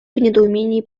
недоумении